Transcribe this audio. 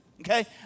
okay